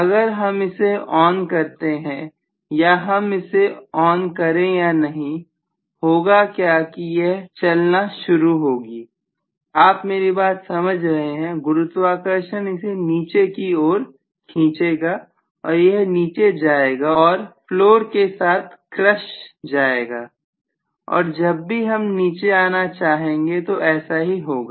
अगर हम इसे ON करते हैं या हम इसे ON करें या नहीं होगा क्या कि यह चलने शुरू होगी आप मेरी बात समझ रहे हैं गुरुत्वाकर्षण इसे नीचे की ओर पूछेगा और यह नीचे जाएगा और फ्लोर के साथ क्रश जाएगा और जब भी हम नीचे आना चाहेंगे तो ऐसा ही होगा